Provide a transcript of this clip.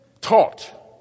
taught